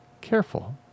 Careful